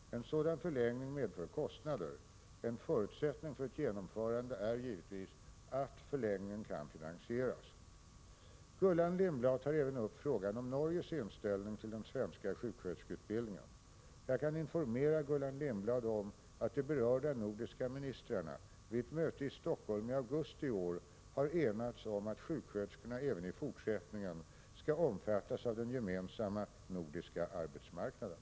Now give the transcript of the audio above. En sådan förlängning medför kostnader. En förutsättning för ett genomförande är givetvis att förlängningen kan finansieras. Gullan Lindblad tar även upp frågan om Norges inställning till den svenska sjuksköterskeutbildningen. Jag kan informera Gullan Lindblad om att de berörda nordiska ministrarna vid ett möte i Stockholm i augusti i år har enats om att sjuksköterskorna även i fortsättningen skall omfattas av den gemensamma nordiska arbetsmarknaden.